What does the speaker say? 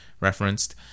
referenced